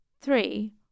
Three